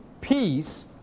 peace